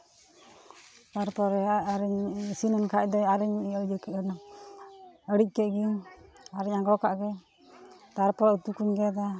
ᱛᱟᱨᱯᱚᱨᱮ ᱟᱨᱚᱧ ᱤᱥᱤᱱᱮᱱ ᱠᱷᱟᱡ ᱫᱚ ᱚᱱᱟ ᱟᱹᱬᱤᱡ ᱠᱮᱫ ᱜᱤᱧ ᱟᱨᱤᱧ ᱟᱸᱜᱽᱲᱚ ᱠᱟᱫᱜᱮ ᱛᱟᱨᱯᱚᱨ ᱩᱛᱩᱠᱩᱧ ᱜᱮᱫᱟ